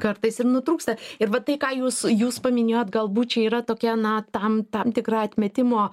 kartais ir nutrūksta ir va tai ką jūs jūs paminėjot galbūt čia yra tokia na tam tam tikra atmetimo